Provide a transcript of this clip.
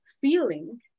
feeling